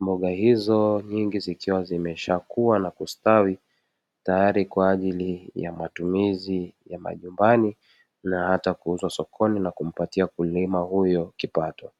Mboga hizo nyingi zikiwa zimeshakua na kustawi, tayari kwa ajili ya matumizi ya majumbani na hata kuuzwa sokoni na kumpatia mkulima huyo kipato.